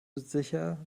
sicher